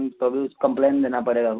उसको भी कंप्लेन देना पड़ेगा